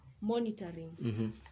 Monitoring